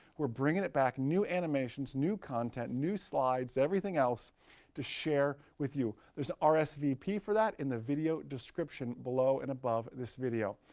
we're bringing it back. new animations, new content, new slides, everything else to share with you. there's ah rsvp for that in the video description below and above this video.